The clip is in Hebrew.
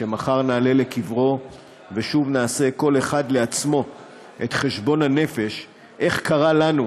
שמחר נעלה לקברו ושוב נעשה כל אחד לעצמו את חשבון הנפש איך קרה לנו,